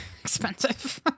expensive